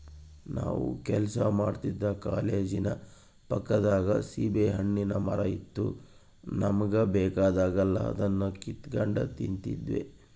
ನಾನು ಕೆಲಸ ಮಾಡ್ತಿದ್ದ ಕಾಲೇಜಿನ ಪಕ್ಕದಾಗ ಸೀಬೆಹಣ್ಣಿನ್ ಮರ ಇತ್ತು ನಮುಗೆ ಬೇಕಾದಾಗೆಲ್ಲ ಅದುನ್ನ ಕಿತಿಗೆಂಡ್ ತಿಂತಿದ್ವಿ